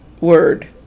word